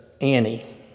Annie